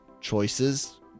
choices